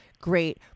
great